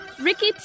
Ricky